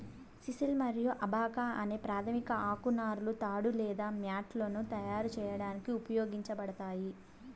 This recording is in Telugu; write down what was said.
సిసల్ మరియు అబాకా అనే ప్రాధమిక ఆకు నారలు తాడు లేదా మ్యాట్లను తయారు చేయడానికి ఉపయోగించబడతాయి